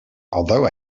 although